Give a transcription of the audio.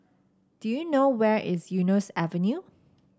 do you know where is Eunos Avenue